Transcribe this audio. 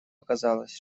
оказалось